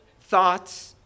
thoughts